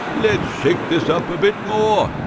let's shake this up a bit more!